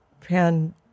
pan